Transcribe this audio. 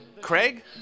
Craig